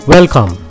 Welcome